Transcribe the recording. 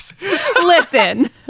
Listen